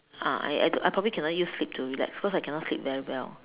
ah I I probably cannot use sleep to relax because I cannot sleep very well